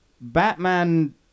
Batman